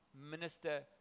Minister